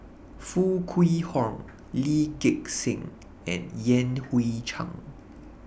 Foo Kwee Horng Lee Gek Seng and Yan Hui Chang